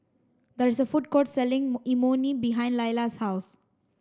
there is a food court selling Imoni behind Lailah's house